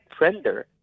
trender